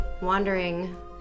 wandering